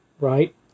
right